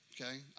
okay